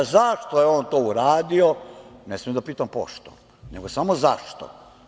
Zašto je on to uradio, ne smem da pitam pošto, nego samo zašto?